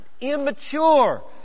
immature